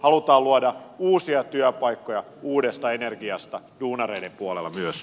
halutaan luoda uusia työpaikkoja uudesta energiasta duunareiden puolella myös